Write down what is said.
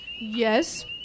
Yes